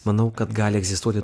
manau kad gali egzistuoti